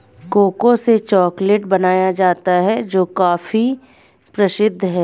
cocoa से chocolate बनाया जाता है जो काफी प्रसिद्ध है